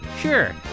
Sure